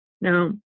now